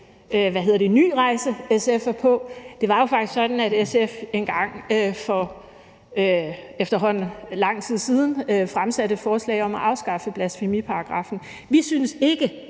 ny rejse, SF er på. Det var jo faktisk sådan, at SF engang for efterhånden lang tid siden fremsatte et forslag om at afskaffe blasfemiparagraffen. Vi synes ikke,